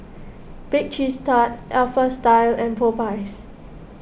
Bake Cheese Tart Alpha Style and Popeyes